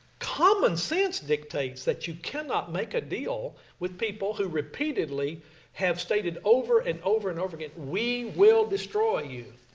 common sense dictates that you cannot make a deal with people who repeatedly have stated over, and over, and over again, we will destroy you.